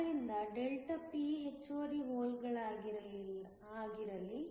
ಆದ್ದರಿಂದ Δp ಹೆಚ್ಚುವರಿ ಹೋಲ್ಗಳಾಗಿರಲಿ